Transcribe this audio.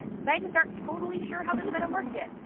scientists aren't totally sure how this venom works yet,